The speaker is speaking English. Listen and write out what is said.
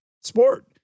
sport